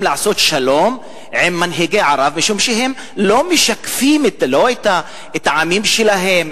לעשות שלום עם מנהיגי ערב משום שהם לא משקפים את העמים שלהם,